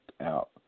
out